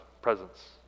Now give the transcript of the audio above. presence